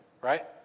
right